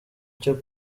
cyo